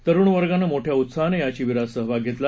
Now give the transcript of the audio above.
तरूण वर्गानं मोठ्या उत्साहानं या शिविरात सहभाग घेतला